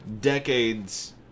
decades